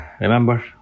remember